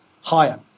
higher